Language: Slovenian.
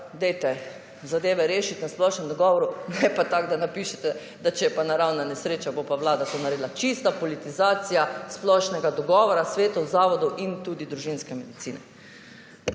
dajte zadeve rešiti na splošnem dogovoru, ne pa tako, da napišete, da če je pa naravna nesreča, bo pa Vlada to naredila. Čista politizacija splošnega dogovora svetov zavodov in tudi družinske medicine.